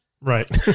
Right